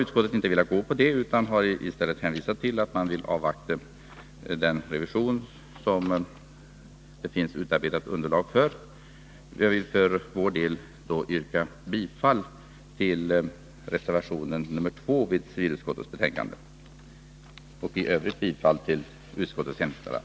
Utskottet har inte velat gå med på detta utan hänvisar till att man vill avvakta den revision som det finns underlag utarbetat för. Jag vill som talesman för oss reservanter yrka bifall till reservation 2 och i Övrigt bifall till utskottets hemställan.